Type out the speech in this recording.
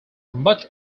much